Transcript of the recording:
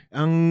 ang